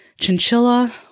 chinchilla